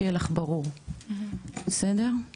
שיהיה לך ברור, בסדר?